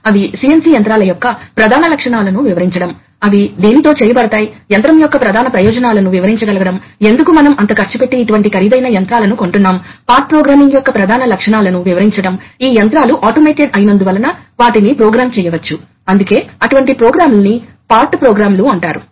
కాబట్టి 30 వ పాఠంలో మేము ఎక్కువగా కంపోనెంట్స్ న్యూమాటిక్ కంపోనెంట్స్ పరిశీలిస్తాము మేము న్యూమాటిక్ లాజిక్ పరిశీలిస్తాము మరియు మేము కొన్ని కంట్రోల్ అప్లికేషన్స్ చూస్తాము మరియు చివరకు హైడ్రాలిక్ సిస్టమ్స్ తో పోలికను చూస్తాము